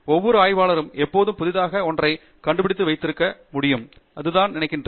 ஒவ்வொரு ஆய்வாளரும் எப்பொழுதும் புதிதாக ஒன்றைக் கண்டுபிடித்து வைத்திருக்க முடியும் அதுதான் நான் நம்புகிறேன்